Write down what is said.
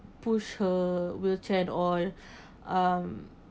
push her wheelchair and all um